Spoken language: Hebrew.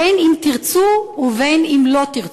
בין אם תרצו ובין אם לא תרצו.